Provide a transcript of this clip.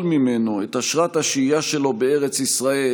ממנו את אשרת השהייה שלו בארץ ישראל.